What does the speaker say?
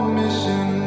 mission